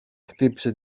χτύπησε